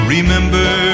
Remember